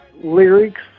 lyrics